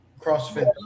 crossfit